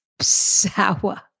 sour